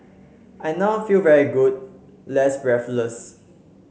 I now feel very good less breathless